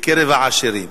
בקרב העשירים,